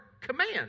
command